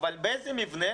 אבל באיזה מבנה?